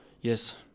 yes